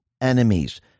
enemies